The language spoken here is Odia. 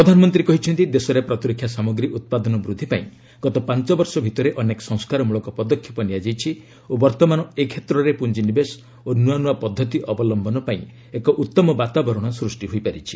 ପ୍ରଧାନମନ୍ତ୍ରୀ କହିଛନ୍ତି ଦେଶରେ ପ୍ରତିରକ୍ଷା ସାମଗ୍ରୀ ଉତ୍ପାଦନ ବୃଦ୍ଧି ପାଇଁ ଗତ ପାଞ୍ଚ ବର୍ଷ ଭିତରେ ଅନେକ ସଂସ୍କାର ମୂଳକ ପଦକ୍ଷେପ ନିଆଯାଇଛି ଓ ବର୍ତ୍ତମାନ ଏ କ୍ଷେତ୍ରରେ ପୁଞ୍ଜିନିବେଶ ଓ ନୂଆ ନୂଆ ପଦ୍ଧତି ଅବଲମ୍ଭନ ପାଇଁ ଏକ ଉତ୍ତମ ବାତାବରଣ ସୃଷ୍ଟି ହୋଇପାରିଛି